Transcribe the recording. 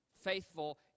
faithful